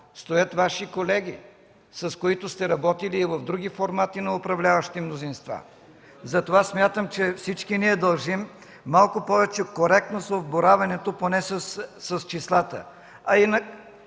стоят Ваши колеги, с които сте работили в други формати на управляващи мнозинства? Затова смятам, че всички ние дължим малко повече коректност при боравенето поне с числата.